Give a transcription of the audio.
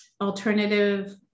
alternative